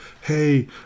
Hey